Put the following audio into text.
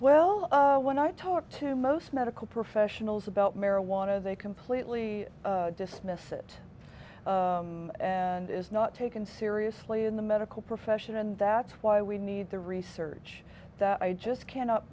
well when i talk to most medical professionals about marijuana they completely dismiss it and is not taken seriously in the medical profession and that's why we need the research that i just cannot